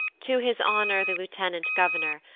to his honour the lieutenant-governor,